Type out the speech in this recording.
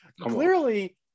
clearly